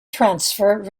transfer